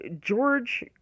George